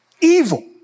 evil